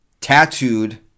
Tattooed